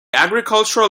agricultural